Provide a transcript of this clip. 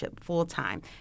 full-time